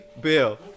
Bill